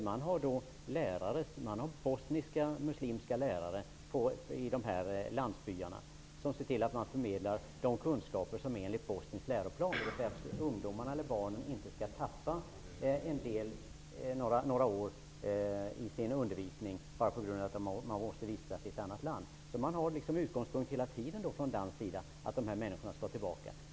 Man har bosniska muslimska lärare i landsbyarna som förmedlar de kunskaper som gäller för den bosniska läroplanen så att barnen och ungdomarna inte tappar några år av sin undervisning på grund av att de måste vistas i ett annat land. I Danmark utgår man hela tiden från att dessa människor skall resa tillbaka.